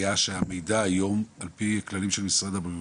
היה שהמידע היום על פי כללים של משרד הבריאות,